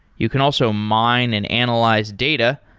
you can also mine and analyze data,